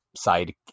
Side